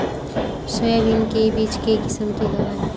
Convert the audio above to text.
Soybean के बीज के किसम के हवय?